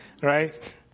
right